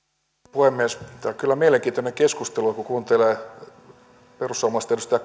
puhemies tämä on kyllä mielenkiintoinen keskustelu kun kuuntelee perussuomalaisten edustaja